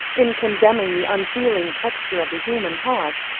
in condemning the unfeeling texture of the human heart,